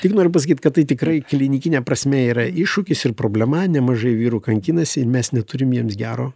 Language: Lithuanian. tik noriu pasakyt kad tai tikrai klinikine prasme yra iššūkis ir problema nemažai vyrų kankinasi ir mes neturim jiems gero